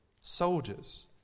soldiers